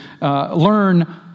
learn